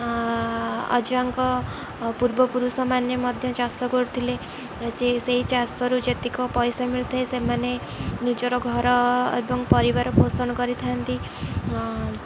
ଅଜାଙ୍କ ପୂର୍ବପୁରୁଷମାନେ ମଧ୍ୟ ଚାଷ କରୁଥିଲେ ଯେ ସେଇ ଚାଷରୁ ଯେତିକ ପଇସା ମିଳିୁଥାଏ ସେମାନେ ନିଜର ଘର ଏବଂ ପରିବାର ପୋଷଣ କରିଥାନ୍ତି